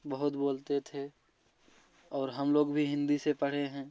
बहुत बोलते थे और हम लोग भी हिंदी से पढ़े हैं